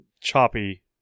choppy